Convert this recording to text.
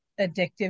addictive